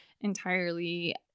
entirely